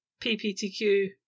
PPTQ